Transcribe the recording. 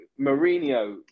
Mourinho